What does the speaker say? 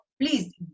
please